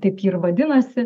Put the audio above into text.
taip ji ir vadinasi